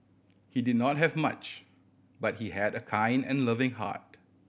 he did not have much but he had a kind and loving heart